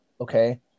okay